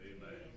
Amen